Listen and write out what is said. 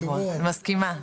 מסכימה.